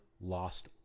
lost